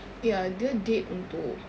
ya dia date untuk